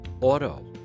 auto